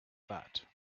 that